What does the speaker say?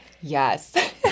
Yes